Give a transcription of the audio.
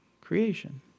creation